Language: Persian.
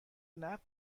نقد